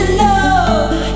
love